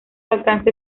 alcance